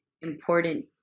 important